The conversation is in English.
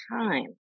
time